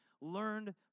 learned